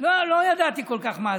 לא ידעתי כל כך מה זה.